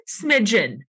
smidgen